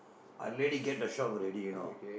I ready get the shop already you know